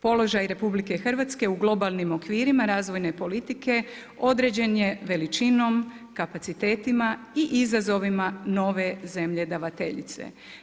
Položaj RH u globalnim okvirima razvojne politike određen je veličinom, kapacitetima i izazovima nove zemlje davateljice.